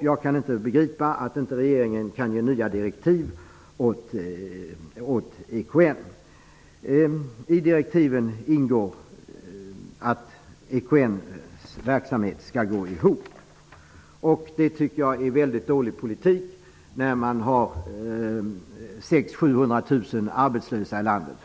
Jag kan inte begripa att inte regeringen kan ge nya direktiv åt I direktiven ingår att EKN:s verksamhet skall gå ihop. Det tycker jag är dålig politik när man har 600 000--700 000 arbetslösa i landet.